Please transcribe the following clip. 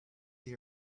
see